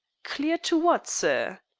clear to what, sir.